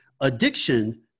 Addiction